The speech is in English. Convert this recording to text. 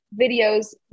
videos